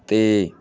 ਅਤੇ